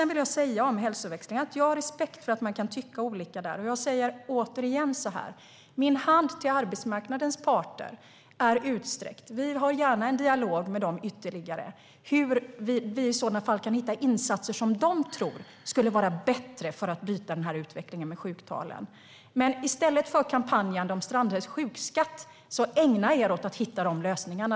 Vad gäller hälsoväxlingen har jag respekt för att man kan tycka olika. Jag säger återigen att min hand är utsträckt till arbetsmarknadens parter. Vi har gärna ytterligare dialog med dem om hur vi kan hitta insatser som de tror skulle vara bättre för att bryta utvecklingen med sjuktalen. I stället för kampanjande om Strandhälls sjukskatt, ägna er åt att hitta de lösningarna!